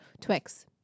Twix